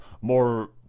more